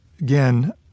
again